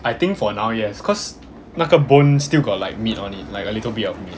I think for now yes cause 那个 bone still got like meat on it like a little bit of meat